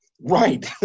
Right